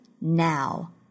now